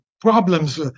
problems